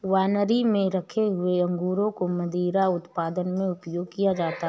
winery में रखे हुए अंगूरों को मदिरा उत्पादन में प्रयोग किया जाता है